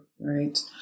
right